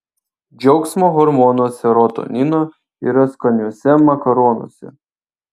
džiaugsmo hormono serotonino yra skaniuose makaronuose